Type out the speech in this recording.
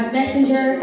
messenger